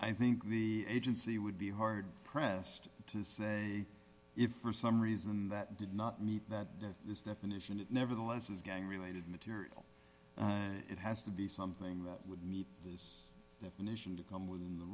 i think the agency would be hard pressed to say if for some reason that did not meet that this definition it nevertheless is gang related material and it has to be something that would meet this definition to come within the